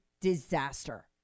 disaster